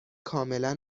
کاملا